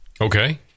Okay